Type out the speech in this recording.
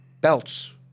Belts